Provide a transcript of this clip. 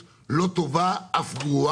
לאטרקטיביות לא נצליח לשכנע את הציבור לעולם להגיע